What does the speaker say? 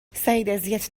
سعیداذیت